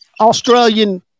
Australian